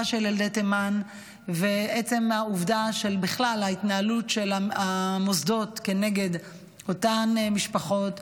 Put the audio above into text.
של ילדי תימן ועצם ההתנהלות בכלל של המוסדות כנגד אותן משפחות,